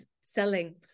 selling